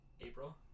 April